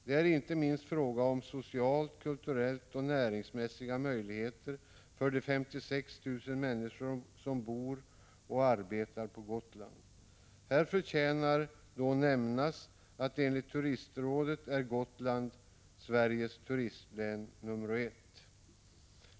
Det är inte minst fråga om sociala, kulturella och näringsmässiga möjligheter för de 56 000 människor som bor och arbetar på Gotland. Här förtjänar att nämnas att Gotland enligt turistrådet är Sveriges turistlän nummer ett.